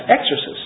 exorcists